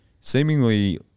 seemingly